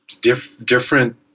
different